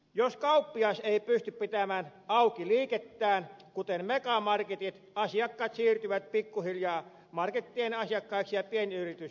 jos kauppias ei pysty pitämään liikettään auki kuten megamarketit asiakkaat siirtyvät pikkuhiljaa markettien asiakkaiksi ja pienyritys kuolee pois